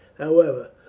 however,